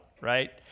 right